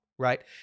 right